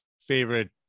favorite